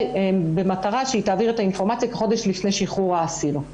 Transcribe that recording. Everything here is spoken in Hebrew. במטרה שהיא תעביר את האינפורמציה כחודש לפני שחרור האסיר.